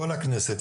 כל הכנסת,